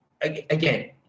again